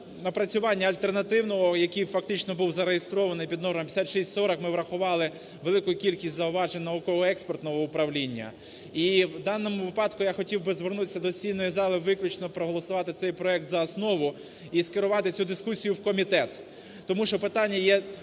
альтернативного, який фактично був зареєстрований під номером 5640, ми врахували велику кількість зауважень науково-експертного управління. І в даному випадку я хотів би звернутися до сесійної зали виключно проголосувати цей проект за основу і скерувати цю дискусію в комітет. Тому що питання є